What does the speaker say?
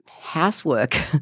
housework